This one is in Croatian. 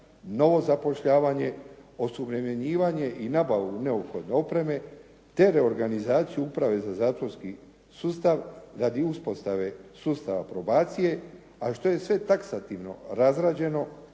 novo zapošljavanje, osuvremenjivanje i nabavu neophodne opreme te reorganizaciju uprave za zatvorski sustav radi uspostave sustava probacije a što je sve taksativno razrađeno